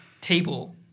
table